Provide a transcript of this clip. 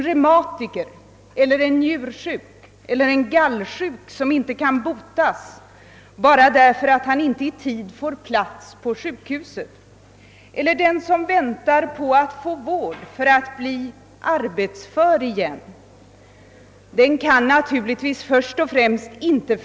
Reumatiker, njursjuka eller gallsjuka, som inte kan botas bara därför att de inte i tid får vårdplats på sjukhuset, kan naturligtvis inte förstå att fortfarande nära 32 procent av antalet vårdplatser är stängda.